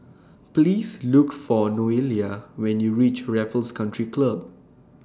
Please Look For Noelia when YOU REACH Raffles Country Club